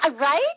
right